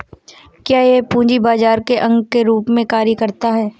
क्या यह पूंजी बाजार के अंग के रूप में कार्य करता है?